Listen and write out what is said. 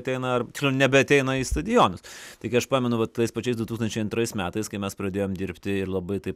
ateina ar tiksliau nebeateina į stadionus taigi aš pamenu va tais pačiais du tūkstančiai antrais metais kai mes pradėjom dirbti ir labai taip